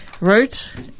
wrote